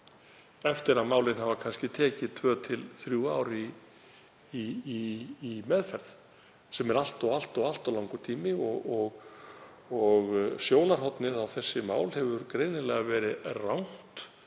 eftir að málin hafa kannski tekið tvö til þrjú ár í meðferð, sem er allt of langur tími. Sjónarhornið á þessi mál hefur greinilega verið rangt.